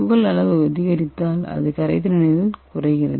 துகள் அளவு அதிகரித்தால் அது கரைதிறனில் குறைகிறது